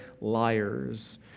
liars